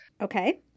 Okay